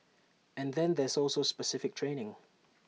and then there's also specific training